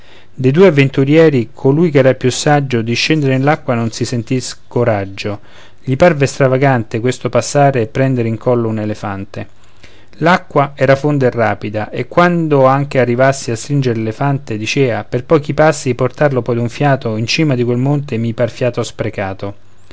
de due avventurieri colui ch'era più saggio di scendere nell'acqua non si sentì coraggio gli parve stravagante questo passare e prendere in collo un elefante l'acqua era fonda e rapida e quando anche arrivassi a stringer l'elefante dicea per pochi passi portarlo poi d'un fiato in cima di quel monte mi par fiato sprecato